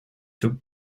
took